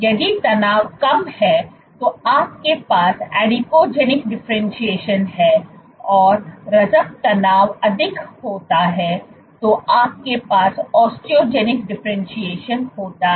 यदि तनाव कम है तो आपके पास एडिपोजेनिक डिफरेंटशिएशन हैऔ रजब तनाव अधिक होता है तो आपके पास ऑस्टियोजेनिक डिफरेंटशिएशन होता है